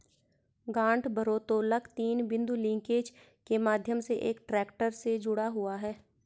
गांठ भारोत्तोलक तीन बिंदु लिंकेज के माध्यम से एक ट्रैक्टर से जुड़ा हुआ है